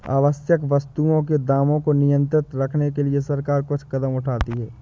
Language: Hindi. आवश्यक वस्तुओं के दामों को नियंत्रित रखने के लिए सरकार कुछ कदम उठाती है